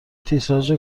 تیتراژ